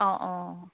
অঁ অঁ